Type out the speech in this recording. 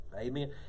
Amen